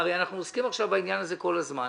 הרי אנחנו עוסקים בעניין הזה כל הזמן.